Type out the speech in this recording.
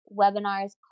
webinars